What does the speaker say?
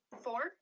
four